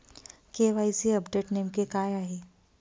KYC update नेमके काय आहे?